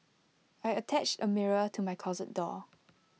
I attached A mirror to my closet door